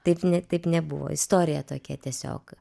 taip ne taip nebuvo istorija tokia tiesiog